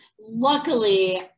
Luckily